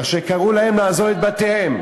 אשר קראו להם לעזוב את בתיהם,